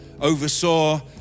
oversaw